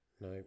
No